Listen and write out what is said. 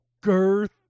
Girth